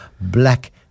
black